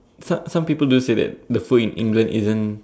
some some people do say that the food in England isn't